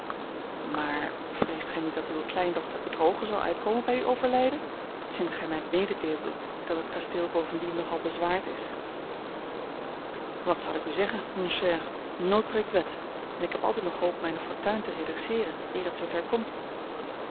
maar vreest gij niet dat uwe kleindochter bedrogen zal uitkomen bij uw overlijden sinds gij mij mededeeldet dat het kasteel bovendien nogal bezwaard is wat zal ik u zeggen mon cher nood breekt wet en ik heb altijd nog hoop mijne fortuin te redresseeren eer het zoo ver komt